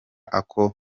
ako